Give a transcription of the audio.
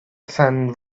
son